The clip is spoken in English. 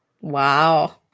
wow